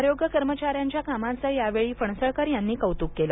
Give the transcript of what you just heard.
आरोग्य कर्मचायांच्या कामाचे यावेळी फणसळकर यांनी कौतुक केले